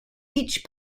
each